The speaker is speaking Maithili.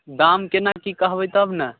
दाम केना की कहबै तब ने